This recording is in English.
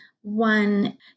one